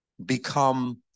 become